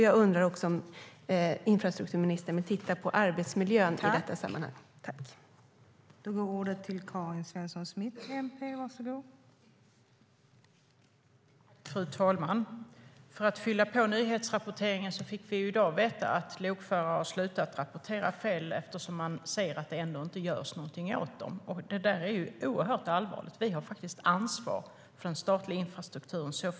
Jag undrar om infrastrukturministern vill titta på arbetsmiljön i detta sammanhang.